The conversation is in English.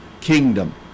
kingdom